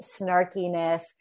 snarkiness